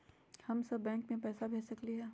हम सब बैंक में पैसा भेज सकली ह?